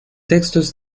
textos